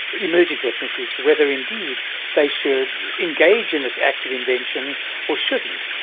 emergent ethnic groups, whether indeed they should engage in this act of invention or shouldn't.